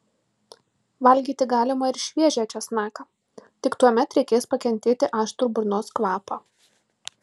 valgyti galima ir šviežią česnaką tik tuomet reikės pakentėti aštrų burnos kvapą